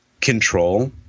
control